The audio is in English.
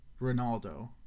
Ronaldo